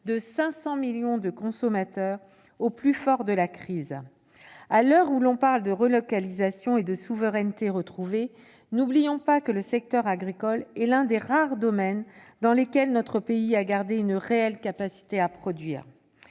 de 500 millions de consommateurs au plus fort de la crise ! À l'heure où l'on parle de relocalisation et de souveraineté retrouvée, n'oublions pas que le secteur agricole est l'un des rares domaines dans lesquels notre pays a gardé une réelle capacité à produire